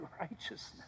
righteousness